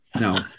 No